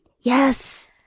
Yes